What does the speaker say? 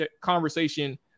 conversation